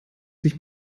sich